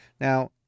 Now